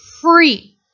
free